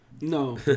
No